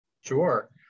Sure